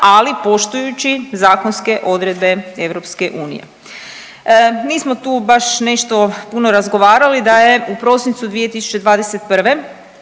ali poštujući zakonske odredbe EU. Nismo tu baš nešto puno razgovarali, da je u prosincu 2021.